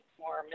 more